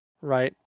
right